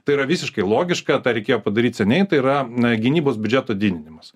tai yra visiškai logiška tą reikėjo padaryt seniai tai yra na gynybos biudžeto didinimas